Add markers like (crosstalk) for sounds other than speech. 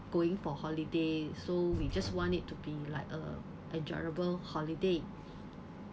going for holiday so we (noise) just want it to be like a enjoyable holiday